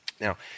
Now